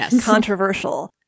controversial